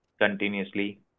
continuously